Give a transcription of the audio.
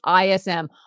ISM